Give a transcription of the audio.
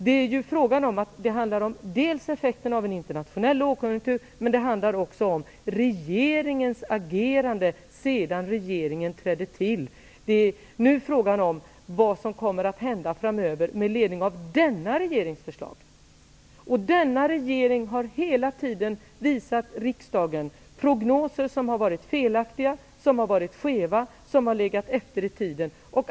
Det handlar dels om effekten av en internationell lågkonjunktur, dels om regeringens agerande sedan regeringen tillträde. Det är nu frågan om vad som kommer att hända framöver med ledning av denna regerings förslag. Denna regering har hela tiden visat riksdagen prognoser som har varit felaktiga, som har varit skeva, som har legat efter i tiden.